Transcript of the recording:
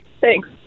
thanks